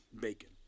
Bacon